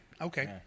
okay